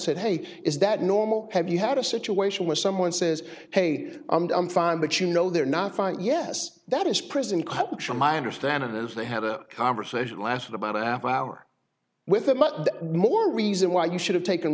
said hey is that normal have you had a situation where someone says hey i'm fine but you know they're not fine yes that is prison cut my understanding is they had a conversation lasted about a half hour with a much more reason why you should have taken